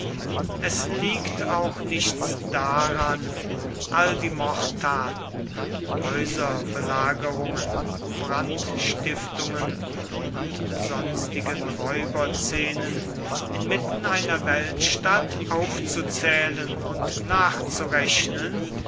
es liegt auch nichts daran all die mordtaten häuserbelagerungen brandstiftungen und sonstigen räuberszenen inmitten einer weltstadt aufzuzählen und nachzurechnen